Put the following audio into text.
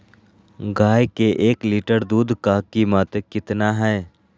गाय के एक लीटर दूध का कीमत कितना है?